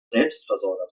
selbstversorger